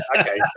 Okay